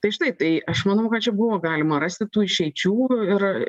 tai štai tai aš manau kad čia buvo galima rasti tų išeičių ir